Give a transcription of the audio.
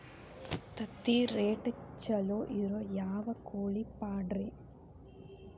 ತತ್ತಿರೇಟ್ ಛಲೋ ಇರೋ ಯಾವ್ ಕೋಳಿ ಪಾಡ್ರೇ?